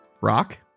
Rock